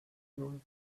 null